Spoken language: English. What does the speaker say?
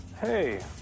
Hey